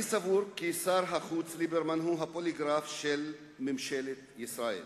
אני סבור כי שר החוץ ליברמן הוא הפוליגרף של ממשלת ישראל.